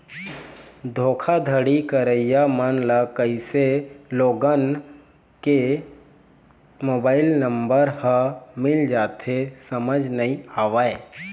धोखाघड़ी करइया मन ल कइसे लोगन के मोबाईल नंबर ह मिल जाथे समझ नइ आवय